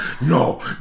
No